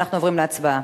אנחנו עוברים להצבעה.